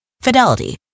Fidelity